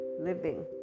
living